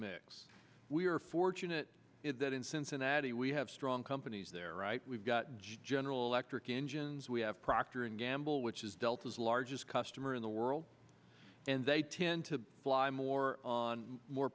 mix we are fortunate in that in cincinnati we have strong companies there we've got general electric engines we have procter and gamble which is delta's largest customer in the world and they tend to fly more on more